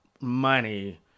Money